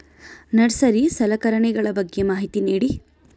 Nursery ಸಲಕರಣೆಗಳ ಬಗ್ಗೆ ಮಾಹಿತಿ ನೇಡಿ?